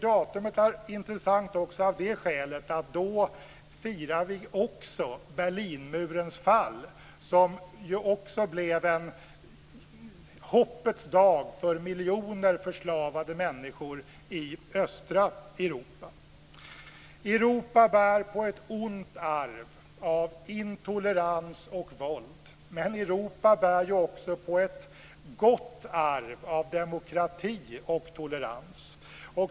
Datumet är intressant också av det skälet att vi då också firar Berlinmurens fall, som blev en hoppets dag för miljoner förslavade människor i östra Europa. Europa bär på ett ont arv av intolerans och våld, men Europa bär också på ett gott arv av demokrati och tolerans.